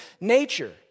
nature